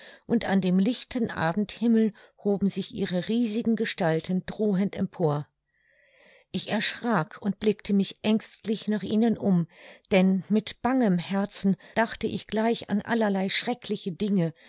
und an dem lichten abendhimmel hoben sich ihre riesigen gestalten drohend empor ich erschrak und blickte mich ängstlich nach ihnen um denn mit bangem herzen dachte ich gleich an allerlei schreckliche dinge